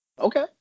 Okay